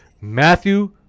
Matthew